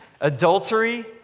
Adultery